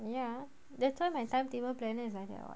ya that's why my timetable planner is like that [what]